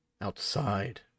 Outside